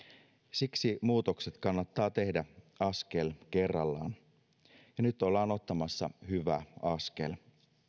siksi muutokset kannattaa tehdä askel kerrallaan ja nyt ollaan ottamassa hyvä askel